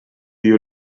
you